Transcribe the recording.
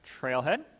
Trailhead